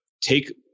take –